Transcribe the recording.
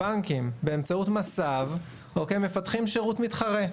הבנקים, באמצעות מסב, מפתחים שירות מתחרה.